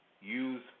Use